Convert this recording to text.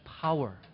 power